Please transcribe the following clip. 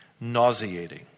nauseating